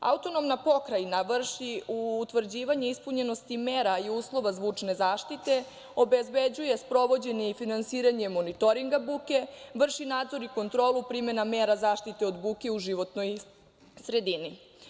Autonomna pokrajina vrši utvrđivanje ispunjenosti mera i uslova zvučne zaštite, obezbeđuje sprovođenje i finansiranje monitoringa buke, vrši nadzor i kontrolu primene mera zaštite od buke u životnoj sredini.